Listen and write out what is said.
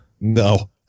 No